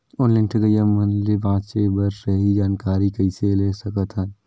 Online ठगईया मन ले बांचें बर सही जानकारी कइसे ले सकत हन?